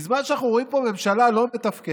בזמן שאנחנו רואים פה ממשלה לא מתפקדת,